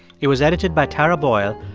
it was edited by tara boyle,